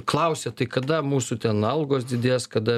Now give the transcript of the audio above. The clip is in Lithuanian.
klausia tai kada mūsų ten algos didės kada